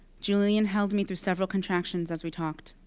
julian held me through several contractions as we talked.